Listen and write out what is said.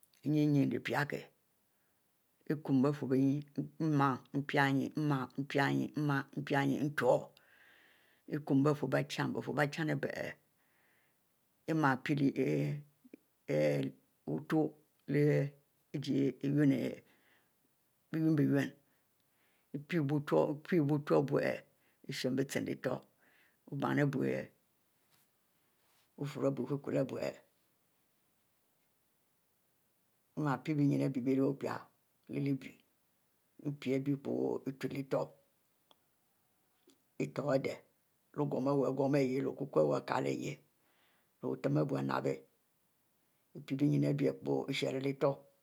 nyin ari pie kie nyin ari piekie, mie pie mie nie nyin mie pie nyin uture ikum bie furro bie chin, bie furro bie chin, bie furro bie chin ari bie mie bie chin ari bie mie pie wutur leh ijie iunni-iunni mie pie utur ari bie mie hien leh lehute wubem ari bie ihieh wifurro ari bie ikukaolo ari mie pie benyin ari-bie oru pie leh biu michuleh ute mi toro adeh, oh gumu iwu igumu leh okukwu ari wu ikieleh, lehbut ntm ari buie ari nap bie mpi bie nyin ari bie mie sheri leh letur